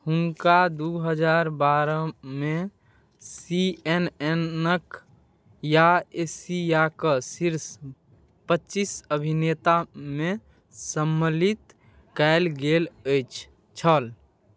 हुनका दू हजार बारह मे सी एन एन कऽ या एशिया कऽ शीर्ष पच्चीस अभिनेतामे सम्मलित कयल गेल अछि छल